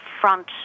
front